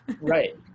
right